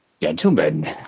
Gentlemen